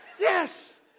Yes